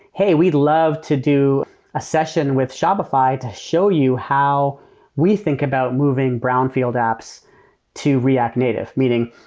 hey, we'd love to do a session with shopify to show you how we think about moving brownfield apps to react native. meaning,